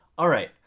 alright,